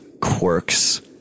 quirks